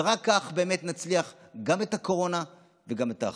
ורק כך באמת נצליח גם את הקורונה וגם את האחדות.